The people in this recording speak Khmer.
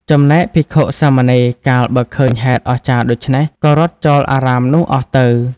ចំណែកភិក្ខុ-សាមណេរ កាលបើឃើញហេតុអស្ចារ្យដូច្នេះ ក៏រត់ចោលអារាមនោះអស់ទៅ ។